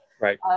Right